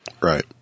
Right